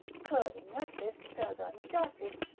cur inertis terga nudatis?